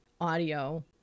audio